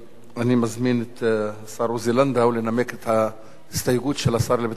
אני מזמין את השר עוזי לנדאו לנמק את ההסתייגות של השר לביטחון פנים.